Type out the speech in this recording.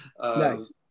Nice